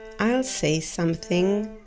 i'll say something,